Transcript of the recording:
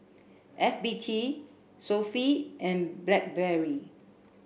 F B T Sofy and Blackberry